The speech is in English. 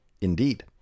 Indeed